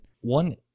One